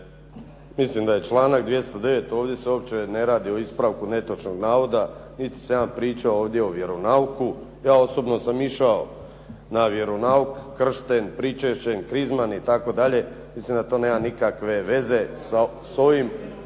Mislim da je članak 209. ovdje se uopće ne radi o ispravku netočnog navoda niti sam ja pričao ovdje o vjeronauku. Ja osobno sam išao na vjeronauk, kršten, pričešćen, krizman itd., mislim da to nema nikakve veze sa ovim ovdje sada.